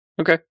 Okay